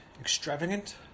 extravagant